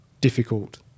difficult